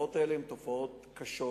התופעות האלה הן תופעות קשות,